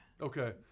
Okay